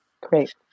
Great